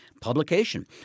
publication